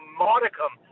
modicum